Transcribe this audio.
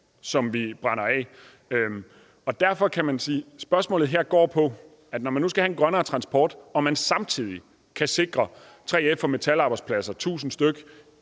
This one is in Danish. som vi brænder af. Derfor kan man sige, at spørgsmålet her går på, om vi ikke, når vi nu skal have en grønnere transport og vi samtidig kan sikre 3F- og Dansk Metal-arbejdspladser – 1.000 stk.